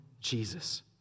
Jesus